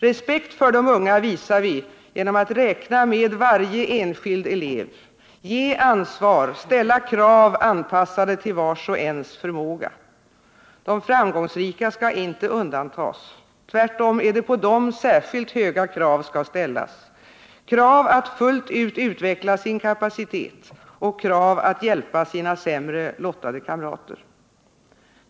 Respekt för de unga visar vi genom att räkna med varje enskild elev, ge ansvar och ställa krav anpassade till vars och ens förmåga. De framgångsrika skall inte undantas — tvärtom är det på dem särskilt höga krav skall ställas, krav att fullt ut utveckla sin kapacitet och krav att hjälpa sina sämre lottade kamrater.